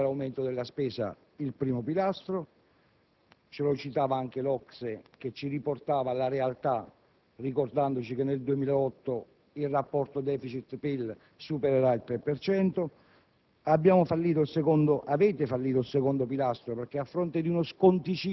assolutamente non centrati e falliti. È fallito, per effetto dell'aumento della spesa, il primo pilastro, ce lo diceva anche l'OCSE, che ci riportava alla realtà ricordandoci che nel 2008 il rapporto*deficit-*PIL supererà il 3